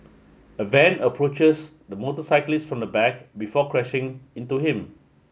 a van approaches the motorcyclist from the back before crashing into him